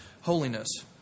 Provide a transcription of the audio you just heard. holiness